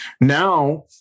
Now